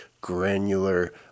granular